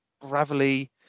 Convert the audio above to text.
gravelly